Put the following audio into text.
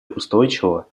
устойчивого